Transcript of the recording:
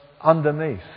underneath